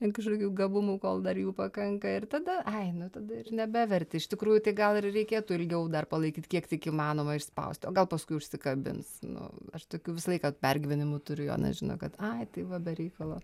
ir kažkokių gabumų kol dar jų pakanka ir tada ai nu tada ir nebeverti iš tikrųjų tai gal ir reikėtų ilgiau dar palaikyt kiek tik įmanoma išspaust o gal paskui užsikabins nu aš tokių visą laiką pergyvenimų turiu jonas žino kad ai tai va be reikalo